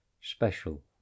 special